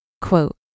Quote